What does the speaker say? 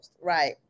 Right